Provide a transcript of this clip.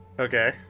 Okay